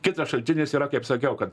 kitas šaltinis yra kaip sakiau kad